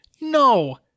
no